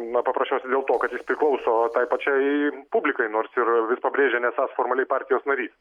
na paprasčiausiai dėl to kad jis priklauso tai pačiai publikai nors ir vis pabrėžia nesąs formaliai partijos narys